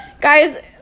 guys